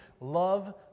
love